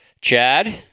Chad